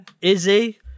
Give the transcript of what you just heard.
Izzy